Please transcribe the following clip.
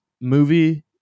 movie